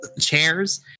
chairs